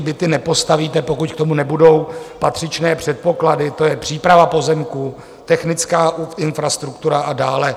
Byty nepostavíte, pokud k tomu nebudou patřičné předpoklady, to je příprava pozemků, technická infrastruktura a dále.